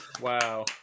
Wow